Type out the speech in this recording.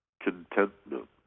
Contentment